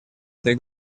этой